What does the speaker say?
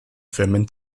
firmen